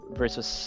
versus